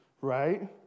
right